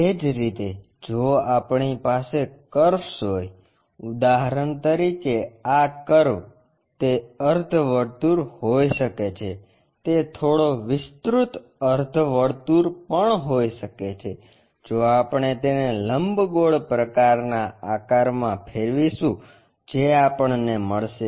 એ જ રીતે જો આપણી પાસે કર્વસ હોય ઉદાહરણ તરીકે આ કર્વ તે અર્ધવર્તુળ હોઈ શકે છે તે થોડો વિસ્તૃત અર્ધવર્તુળ પણ હોઈ શકે છે જો આપણે તેને લંબગોળ પ્રકારના આકારમાં ફેરવીશું જે આપણને મળશે